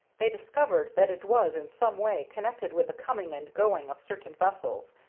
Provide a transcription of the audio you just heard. they discovered that it was in some way connected with the coming and going of certain vessels,